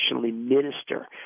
minister